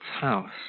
house